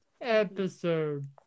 episode